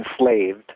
enslaved